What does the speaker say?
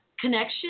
connection